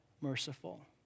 merciful